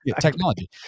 technology